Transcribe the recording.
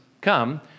come